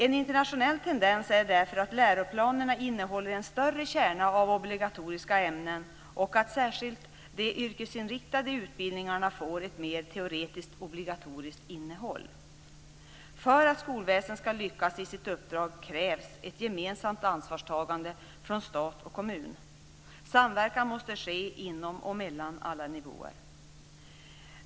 En internationell tendens är därför att läroplanerna innehåller en större kärna av obligatoriska ämnen och att särskilt de yrkesinriktade utbildningarna får ett mer teoretiskt obligatoriskt innehåll. För att skolväsendet ska lyckas i sitt uppdrag krävs ett gemensamt ansvarstagande från stat och kommun. Samverkan måste ske inom och mellan alla nivåer.